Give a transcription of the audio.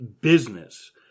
business